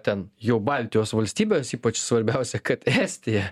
ten jau baltijos valstybes ypač svarbiausia kad estija